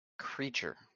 Creature